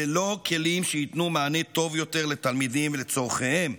ללא כלים שייתנו מענה טוב יותר לתלמידים ולצורכיהם.